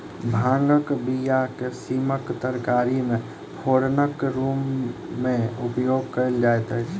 भांगक बीया के सीमक तरकारी मे फोरनक रूमे उपयोग कयल जाइत अछि